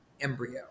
embryo